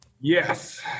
Yes